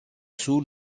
sous